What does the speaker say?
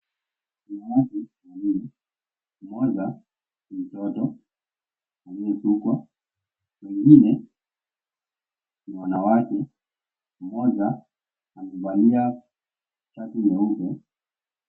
Kuna watu wawili, mmoja ni mtoto aliyesukwa mwingine ni wanawake mmoja amevalia shati nyeupe.